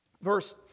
Verse